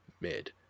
mid